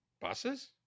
Buses